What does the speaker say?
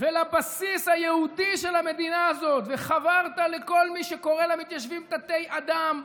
ולבסיס היהודי של המדינה הזאת וחברת לכל מי שקורא למתיישבים תתי-אדם,